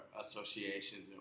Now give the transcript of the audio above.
associations